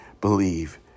believe